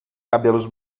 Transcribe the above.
cabelos